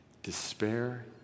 Despair